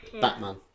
Batman